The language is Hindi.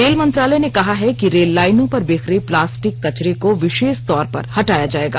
रेल मंत्रालय ने कहा है कि रेललाइनों पर बिखरे प्लास्टिक कचरे को विशेष तौर पर हटाया जाएगा